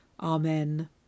Amen